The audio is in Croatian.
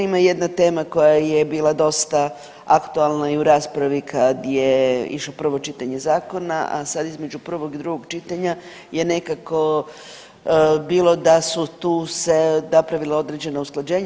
Ima jedna tema koja je bila dosta aktualna i u raspravi kad je išlo prvo čitanje zakona, a sad između prvog i drugog čitanja je nekako bilo da su tu se napravila određena usklađenja.